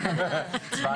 ראש,